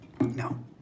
No